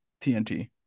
TNT